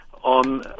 On